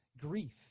grief